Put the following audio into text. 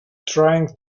trying